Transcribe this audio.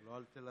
לא על תל אביב.